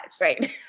Right